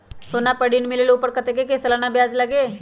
सोना पर ऋण मिलेलु ओपर कतेक के सालाना ब्याज लगे?